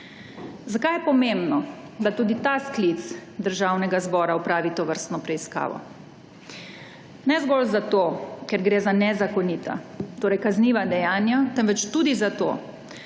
Zakaj je pomembno, da tudi ta sklic državnega zbora opravi tovrstno preiskavo? Ne zgolj zato, ker gre za nezakonita, torej kazniva dejanja, temveč tudi zato,